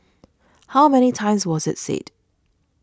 how many times was it said